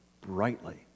brightly